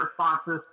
responses